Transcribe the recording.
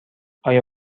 آیا